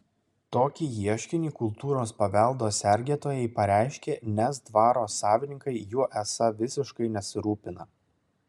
tokį ieškinį kultūros paveldo sergėtojai pareiškė nes dvaro savininkai juo esą visiškai nesirūpina